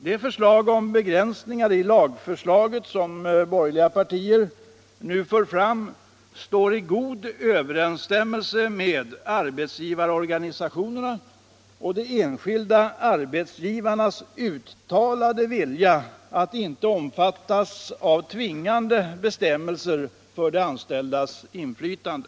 De förslag om begränsningar i lagförslaget som de borgerliga partierna nu för fram står i god överensstämmelse med arbetsgivarorganisationernas och de enskilda arbetsgivarnas uttalade vilja att inte omfattas av tvingande bestämmelser för de anställdas inflytande.